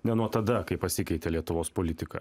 ne nuo tada kai pasikeitė lietuvos politika